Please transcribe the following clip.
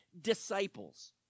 disciples